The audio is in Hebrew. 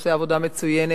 שעושה עבודה מצוינת,